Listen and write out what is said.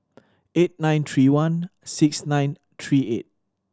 eight nine one three one six nine three eight